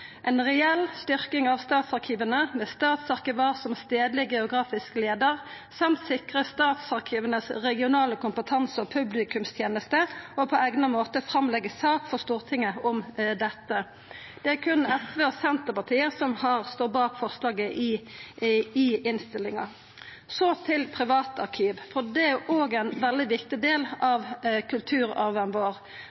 en reell styrking av statsarkivene med statsarkivar som stedlig, geografisk leder, samt sikre statsarkivenes regionale kompetanse og publikumstjenester og på egnet måte fremlegge sak for Stortinget om dette.» Det er berre Sosialistisk Venstreparti og Senterpartiet som står bak dette forslaget i innstillinga. Så til privatarkiv. Det er òg ein veldig viktig del